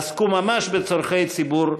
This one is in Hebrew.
עסקו ממש בצורכי ציבור,